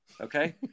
okay